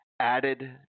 Added